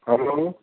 hello